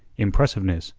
impressiveness,